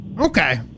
okay